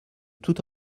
toute